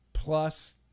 plus